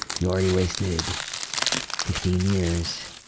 you already wasted fifteen years,